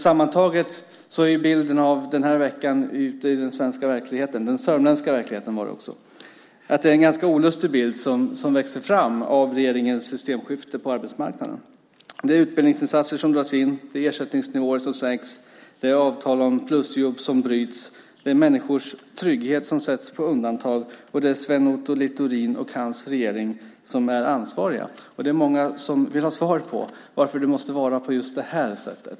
Efter den här veckan ute i den svenska och sörmländska verkligheten är det sammantaget en ganska olustig bild som växer fram av regeringens systemskifte på arbetsmarknaden. Det är utbildningsinsatser som dras in, ersättningsnivåer som sänks, avtal om plusjobb som bryts och människors trygghet som sätts på undantag. Det är Sven Otto Littorin och hans regering som är ansvariga, och det är många som vill ha svar på frågan varför det måste vara på just det här sättet.